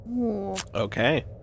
Okay